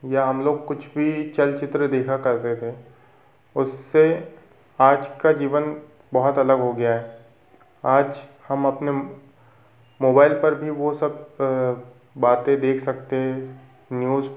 या हम लोग कुछ बी चलचित्र देखा करते थे उस्से आज का जीवन बहुत अलग हो गया है आज हम अपने मोबाइल पर भी वो सब बाते देख सकते हैं न्यूज